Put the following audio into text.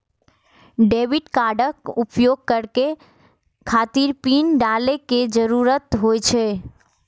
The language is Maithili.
डेबिट कार्डक उपयोग करै खातिर पिन डालै के जरूरत होइ छै